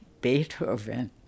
Beethoven